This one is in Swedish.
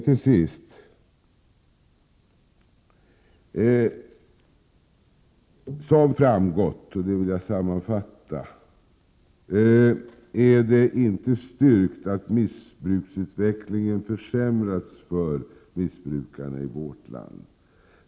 Till sist: Som framgått — och även här vill jag göra en sammanfattning — är det inte styrkt att missbruksutvecklingen försämrats för missbrukarna i vårt land.